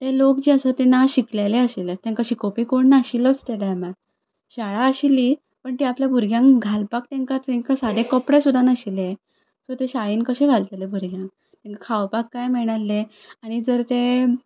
ते लोक जे आसा ते ना शिकलेले आशिल्ले तेंकां शिकोवपी कोण नाशिल्लोच त्याच टायमार शाळा आशिल्ली पूण ती आपल्या भुरग्यांक घालपाक तेंकां सारके कपडे सुद्दां नाशिल्ले सो ते शाळेन कशे घालतले भुरग्यांक तेंकां खावपाक कांय मेळनाशिल्लें आनी जर ते